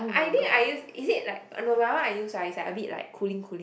I think I use is it like and no my one I use right is like a bit like cooling cooling